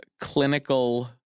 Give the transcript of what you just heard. clinical